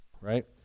right